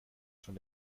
schon